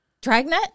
Dragnet